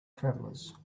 travelers